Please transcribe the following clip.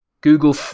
Google